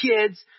kids